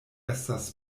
estas